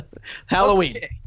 Halloween